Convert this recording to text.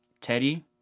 Teddy